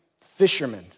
fishermen